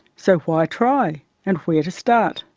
so why try and where to start?